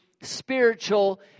spiritual